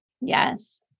Yes